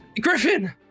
Griffin